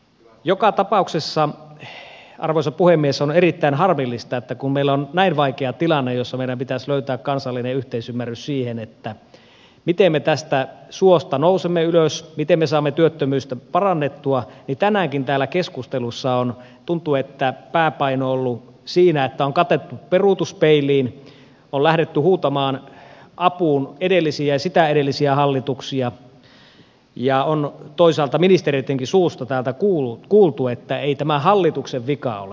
joka tapauksessa arvoisa puhemies on erittäin harmillista että kun meillä on näin vaikea tilanne jossa meidän pitäisi löytää kansallinen yhteisymmärrys siihen miten me tästä suosta nousemme ylös miten me saamme työttömyyttä parannettua niin tuntuu että tänäänkin täällä keskustelussa on pääpaino ollut siinä että on katseltu peruutuspeiliin on lähdetty huutamaan apuun edellisiä ja sitä edellisiä hallituksia ja on toisaalta ministereidenkin suusta täällä kuultu että ei tämä hallituksen vika ole